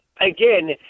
again